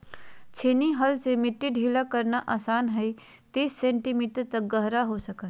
छेनी हल से मिट्टी ढीला करना आसान हइ तीस सेंटीमीटर तक गहरा हो सको हइ